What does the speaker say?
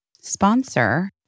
sponsor